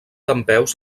dempeus